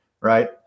Right